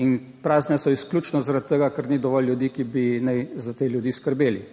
in prazne so izključno zaradi tega, ker ni dovolj ljudi, ki bi naj za te ljudi skrbeli.